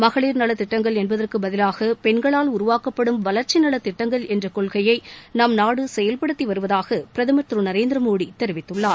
மகளிர் நலத்திட்டங்கள் என்பதற்கு பதிலாக பெண்களால் வளர்ச்சி உருவாக்கப்படும் நலத்திட்டங்கள் என்ற கொள்கையை நம்நாடு செயல்படுத்தி வருவதாக பிரதமர் திரு நரேந்திரமோடி தெரிவித்கள்ளார்